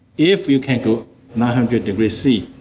if you can go nine hundred degrees c,